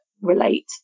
relate